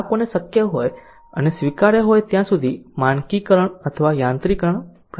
ગ્રાહકોને શક્ય હોય અને સ્વીકાર્ય હોય ત્યાં સુધી માનકીકરણ અથવા યાંત્રિકરણ પ્રાપ્ત કરવું